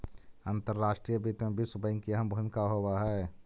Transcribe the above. अंतर्राष्ट्रीय वित्त में विश्व बैंक की अहम भूमिका होवअ हई